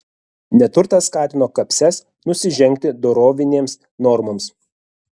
neturtas skatino kapses nusižengti dorovinėms normoms